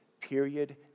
period